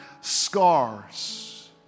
scars